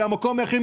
זה המקום היחיד.